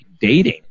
dating